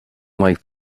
like